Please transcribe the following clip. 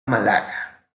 málaga